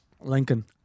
Lincoln